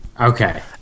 Okay